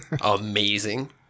amazing